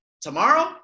tomorrow